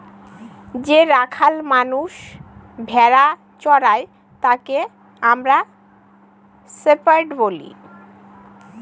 যে রাখাল মানষ ভেড়া চোরাই তাকে আমরা শেপার্ড বলি